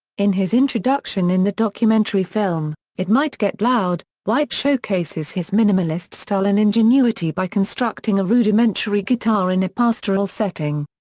in his introduction in the documentary film, it might get loud, white showcases his minimalist style and ingenuity by constructing a rudimentary guitar in a pastoral setting.